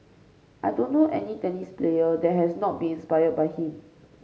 I don't know any tennis player that has not been inspire by him